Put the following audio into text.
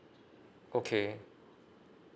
okay